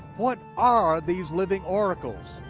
what are these living oracles?